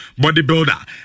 bodybuilder